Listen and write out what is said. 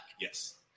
Yes